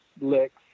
licks